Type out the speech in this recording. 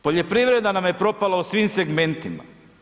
Poljoprivreda nam je propala u svim segmentima.